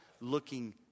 looking